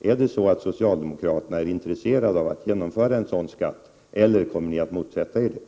Är det så att socialdemokraterna är intresserade av att införa en sådan skatt eller kommer ni att motsätta er den?